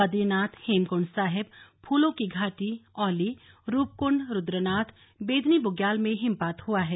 बद्रीनाथ हेमकुंड साहिब फूलों की घाटी औली रूपकुंड रुद्रनाथ बेदिनी बुग्याल में हिमपात हुआ है